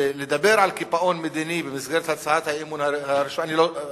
ולדבר על קיפאון מדיני במסגרת הצעת האי-אמון הראשונה,